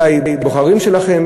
אולי בוחרים שלכם,